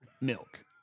milk